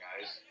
guys